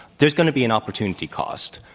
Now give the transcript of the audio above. there's going to be an opportunity cost.